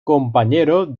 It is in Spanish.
compañero